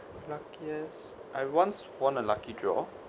luck yes I once won a lucky draw